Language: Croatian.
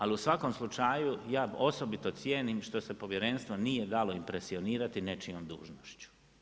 Ali, u svakom slučaju, ja osobito cijenim, što se povjerenstvo nije dalo impresionirati nečijem dužnošću.